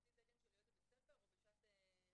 בחצי תקן של יועצת בית ספר או בשעת חברה,